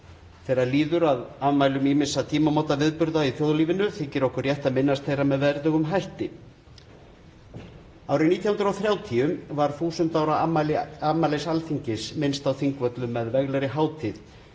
Þegar líður að afmælum ýmissa tímamótaviðburða í þjóðlífinu þykir okkur rétt að minnast þeirra með verðugum hætti. Árið 1930 var 1000 ára afmælis Alþingis minnst á Þingvöllum með veglegri hátíð